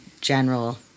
general